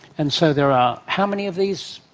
and so there are how many of these?